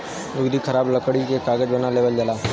लुगदी खराब लकड़ी से कागज बना लेवल जाला